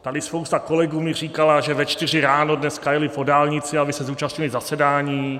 Tady spousta kolegů mi říkala, že ve čtyři ráno dneska jeli po dálnici, aby se zúčastnili zasedání.